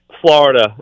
Florida